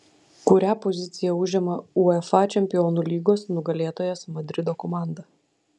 kurią poziciją užima uefa čempionų lygos nugalėtojas madrido komanda